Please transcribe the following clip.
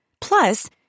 Plus